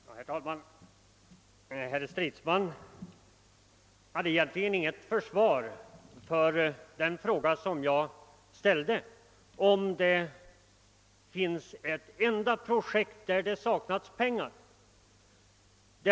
Herr talman! Herr Stridsman gav egentligen inget svar på den fråga jag ställde, nämligen om han kunde nämna ett enda projekt där det saknats pengar.